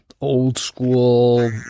old-school